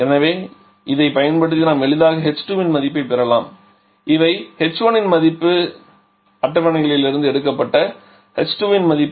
எனவே இதைப் பயன்படுத்தி நாம் எளிதாக h2 இன் மதிப்பையும் பெறலாம் இவை h1 இன் மதிப்பு அட்டவணைகளிலிருந்து எடுக்கப்பட்ட h2 இன் மதிப்பு